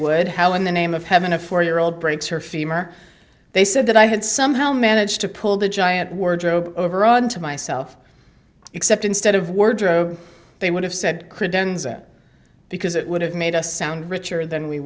would how in the name of heaven a four year old breaks her femur they said that i had somehow managed to pull the giant wardrobe overawed to myself except instead of words they would have said credenza because it would have made us sound richer than we